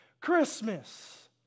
Christmas